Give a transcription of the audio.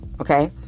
Okay